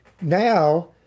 Now